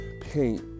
paint